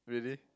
really